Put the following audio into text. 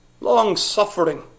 Long-suffering